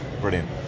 Brilliant